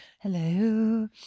Hello